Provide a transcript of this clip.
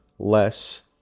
less